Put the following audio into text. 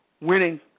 winning